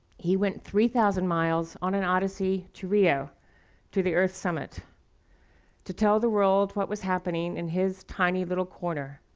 he went three thousand miles on an odyssey to rio to the earth summit to tell the world what was happening in his tiny, little corner.